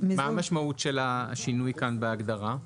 מה המשמעות של השינוי כאן בהגדרה?